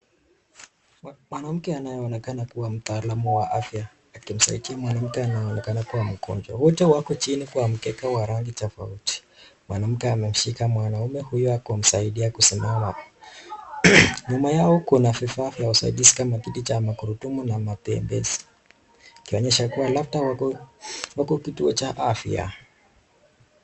Mwanamke anayeonekana kuwa mtaalam wa afya akimsaidia mwanamke anayeonekana kuwa mgonjwa, wote wako chini kwa mkeka wa rangi tofauti. Mwanamke amemshika mwanaume huyo akimsaidia kusimama, nyuma yao kuna vifaa vya usaidizi kama kiti cha magurudumu na matembezi ikionyesha kuwa labda wako kwenye kituo cha afya.